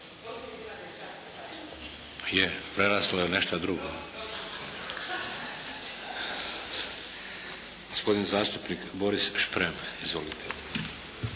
Je, preraslo je u nešto drugo. Gospodin zastupnik Boris Šprem. Izvolite.